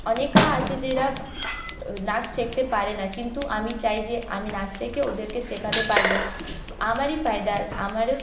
অনেকরা আছে যারা নাচ শিখতে পারে না কিন্তু আমি চাই যে আমি নাচ শিখে ওদেরকে শেখাতে পারব আমারই ফায়দা আমার